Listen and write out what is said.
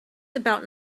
about